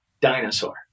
dinosaur